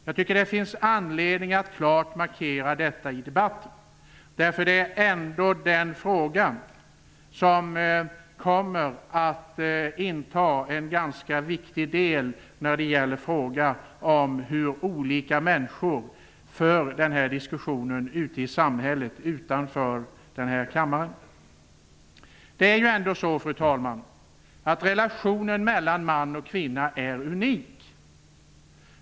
Jag tycker att det finns anledning att klart markera detta i debatten, därför att den frågan kommer att vara en ganska viktig del när det gäller hur olika människor för diskussionen ute i samhället, utanför denna kammare. Det är ändå så, fru talman, att relationen mellan man och kvinna är unik.